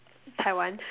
Taiwan